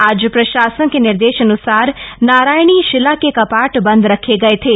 आज प्रशासन के निर्देशानुसार नारायणी शिला के कपाट बंद रखे गए थे